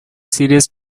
serious